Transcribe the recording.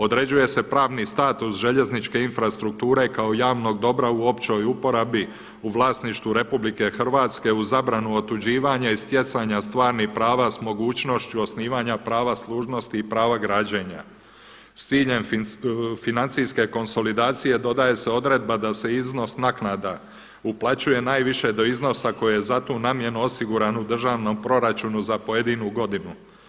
Određuje se pravni status željezničke infrastrukture kao javnog dobra u općoj uporabi u vlasništvu RH u zabranu otuđivanja i stjecanja stvarnih prava s mogućnošću osnivanja prava služnosti i prava građenja s ciljem financijske konsolidacije dodaje se odredba da se iznos naknada uplaćuje najviše do iznosa koje je za tu namjenu osiguran u državnom proračunu za pojedinu godinu.